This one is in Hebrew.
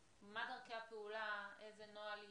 מה דרכי הפעולה, איזה נוהל יש,